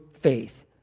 faith